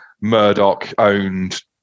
Murdoch-owned